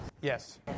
Yes